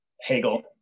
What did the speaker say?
Hegel